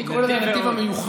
אני קורא לזה הנתיב המיוחד.